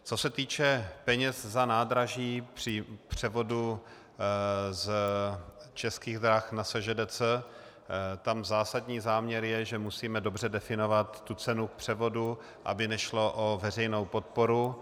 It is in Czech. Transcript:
Co se týče peněz za nádraží při převodu z Českých drah na SŽDC, zásadní záměr je, že musíme dobře definovat cenu převodu, aby nešlo o veřejnou podporu.